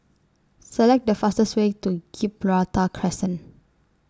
Select The fastest Way to Gibraltar Crescent